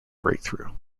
breakthrough